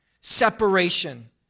separation